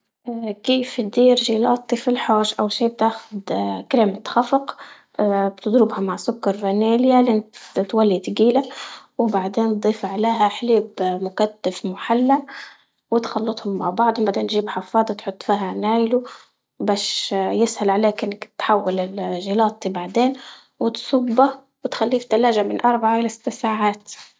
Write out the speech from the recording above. كيف تدير جيلاطي في الحوش؟ أول شي بتاخذ كريمة خفق بتضربها مع سكر فانيليا لين تتولي تقيلة، وبعدين تضيف عليها حليب مكتف محلى وتخلطهم مع بعض، بعدين جيب حفاضة حط فيها نايلو باش يسهل عليك إنك تحول ال- الجيلاطي بعدين وتصبه وتخليه في التلاجة من أربعة لستة ساعات.